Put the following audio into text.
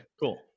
cool